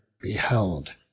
beheld